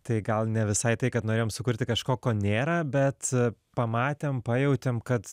tai gal ne visai tai kad norėjom sukurti kažko ko nėra bet pamatėm pajautėm kad